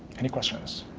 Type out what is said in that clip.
any questions?